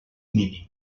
mínim